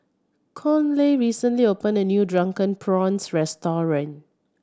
Conley recently opened a new Drunken Prawns restaurant